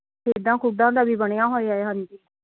ਖੇਡਾਂ ਖੂਡਾ ਦਾ ਵੀ ਬਣਿਆ ਹੋਇਆ ਹੈ ਹਾਂਜੀ